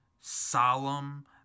solemn